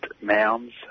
mounds